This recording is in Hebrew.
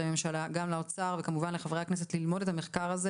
הממשלה גם לאוצר וגם לחברי הכנסת ללמוד את המחקר הזה